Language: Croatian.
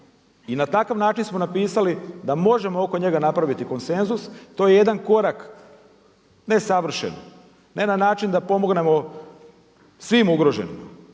i na takav način smo napisali da možemo oko njega napraviti konsenzus. To je jedan korak, ne savršen, ne na način da pomognemo svim ugroženim,